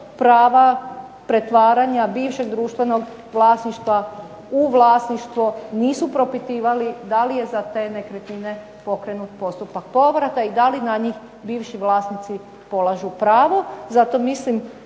prava pretvaranja bivšeg društvenog vlasništva u vlasništvo. Nisu propitivali da li je za te nekretnine pokrenut postupak povrata i da li na njih bivši vlasnici polažu pravo. Zato mislim